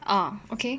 ah okay